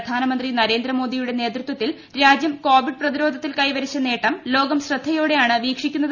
പ്രധാനമന്ത്രി നരേന്ദ്രമോദിയുടെ നേതൃത്വത്തിൽ രാജ്യം കോവിഡ് പ്രതിരോധത്തിൽ കൈവരിച്ച നേട്ടം ലോകം ശ്രദ്ധയോടെ യാണ് വീക്ഷിക്കുന്നത്